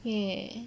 !yay!